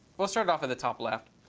we'll start off at the top left.